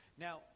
Now